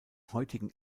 heutigen